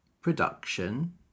production